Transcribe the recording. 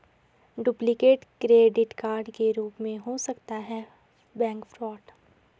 duplicate credit card के रूप में हो सकता है बैंक फ्रॉड